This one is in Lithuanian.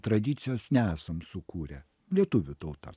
tradicijos nesam sukūrę lietuvių tauta